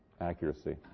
accuracy